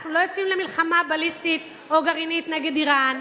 אנחנו לא יוצאים למלחמה בליסטית או גרעינית נגד אירן.